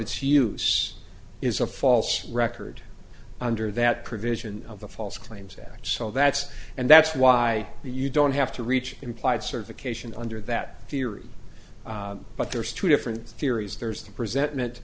its use is a false record under that provision of the false claims act so that's and that's why you don't have to reach implied certification under that theory but there's two different theories there's the present